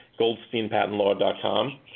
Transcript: goldsteinpatentlaw.com